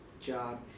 job